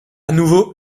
nouveau